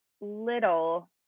little